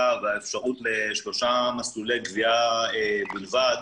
והאפשרות לשלושה מסלולי גבייה בלבד,